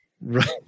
Right